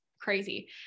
crazy